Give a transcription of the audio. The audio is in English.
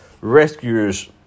rescuers